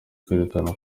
kwerekana